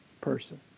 person